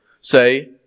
say